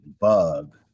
bug